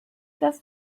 das